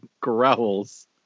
growls